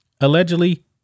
allegedly